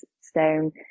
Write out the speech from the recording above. stone